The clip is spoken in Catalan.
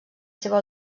seva